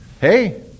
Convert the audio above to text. hey